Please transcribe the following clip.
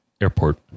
Airport